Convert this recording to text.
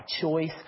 choice